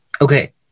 Okay